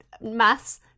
maths